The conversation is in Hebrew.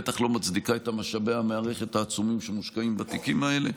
בטח לא מצדיקה את משאבי המערכת העצומים שמושקעים בתיקים האלה.